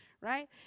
right